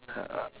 uh